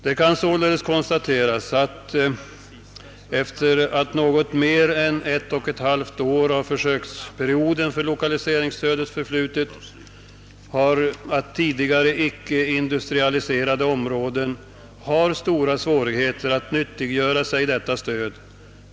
Det kan alltså konstateras, sedan något mer än 1!/2 år av försöksperioden för lokaliseringsstödet förflutit, att tidigare icke industrialiserade områden har stora svårigheter att nyttiggöra sig detta stöd.